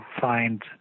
find